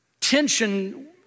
tension